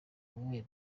emmanuel